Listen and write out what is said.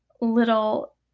little –